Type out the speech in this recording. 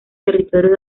territorio